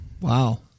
Wow